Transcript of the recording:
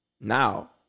now